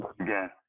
again